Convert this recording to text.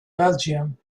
belgium